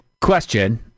question